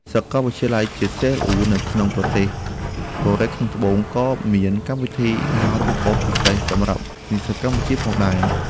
សាកលវិទ្យាល័យជាតិសេអ៊ូល នៅក្នុងប្រទេសកូរ៉េខាងត្បូងក៏មានកម្មវិធីអាហារូបករណ៍ពិសេសសម្រាប់និស្សិតកម្ពុជាផងដែរ។